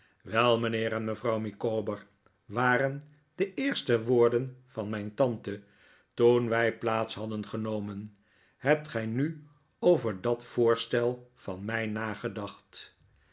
wel mijnheer en mevrouw micawber waren de eerste woorden van mijn tante toen wij plaats hadden genomen hebt gij nu over dat voorstel van mij